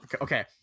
Okay